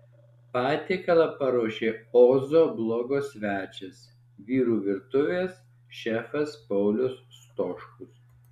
patiekalą paruošė ozo blogo svečias vyrų virtuvės šefas paulius stoškus